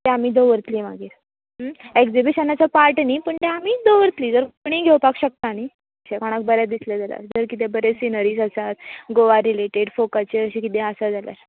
तें आमी दवरतलीं मागीर एग्जिबिशनाचो पार्ट न्ही पूण तें आमी दवरतलीं जर कोणीय घेवपाक शकता न्ही अशें कोणाक बरें दिसलें जाल्यार जर कितें बरें सिनरीज आसात गोवा रिलॅटेड फॉकाचें अशें कितें आसा जाल्यार